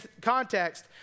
context